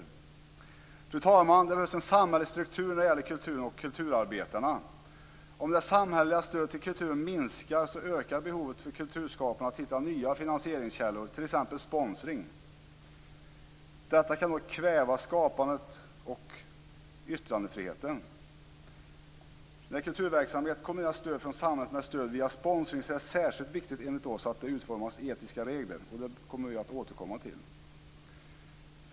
Fru talman! Det behövs en samhällelig struktur när det gäller kulturen och kulturarbetarna. Om det samhälleliga stödet till kulturen minskar, ökar behovet för kulturskaparna att hitta nya finansieringskällor, t.ex. sponsring. Detta kan då kväva skapandet och yttrandefriheten. När kulturverksamhet kombinerar stöd från samhället med stöd via sponsring anser vi att det är särskilt viktigt att det utformas etiska regler. Det kommer vi att återkomma till.